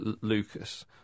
Lucas